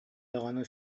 даҕаны